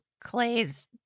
Clay's